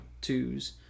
twos